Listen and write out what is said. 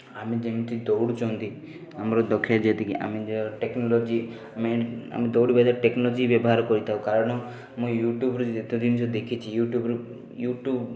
ଆମେ ଯେମିତି ଦୌଡ଼ୁଛନ୍ତି ଆମର ଦକ୍ଷ ଯେତିକି ଆମର ଟେକ୍ନୋଲୋଜି ମେନ ଦୌଡ଼ିବାରେ ଟେକ୍ନୋଲୋଜି ବ୍ୟବହାର କରିଥାଉ କାରଣ ମୁଁ ୟୁଟ୍ୟୁବ୍ରୁ ଯେତେ ଜିନିଷ ଦେଖିଛି ୟୁଟ୍ୟୁବ୍ରୁ ୟୁଟ୍ୟୁବ୍